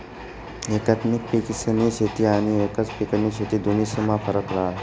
एकात्मिक पिकेस्नी शेती आनी एकच पिकनी शेती दोन्हीस्मा फरक रहास